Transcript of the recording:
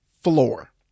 floor